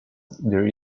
there